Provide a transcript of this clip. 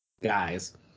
guys